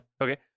Okay